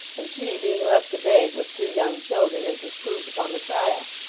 and she being left to beg, with two young children as was proved upon the trial.